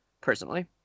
personally